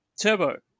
Turbo